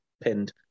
pinned